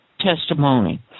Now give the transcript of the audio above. testimony